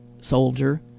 soldier